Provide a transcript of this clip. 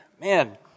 man